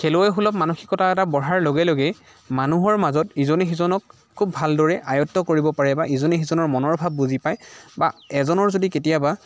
খেলুৱৈসকলৰ মানসিকতা এটা বঢ়াৰ লগে লগেই মানুহৰ মাজত ইজনে সিজনক খুব ভালদৰে আয়ত্ব কৰিব পাৰে বা ইজনে সিজনৰ মনৰ ভাৱ বুজি পায় বা এজনৰ যদি কেতিয়াবা